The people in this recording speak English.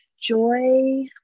joy